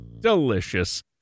delicious